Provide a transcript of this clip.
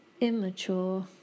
immature